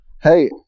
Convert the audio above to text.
Hey